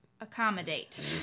Accommodate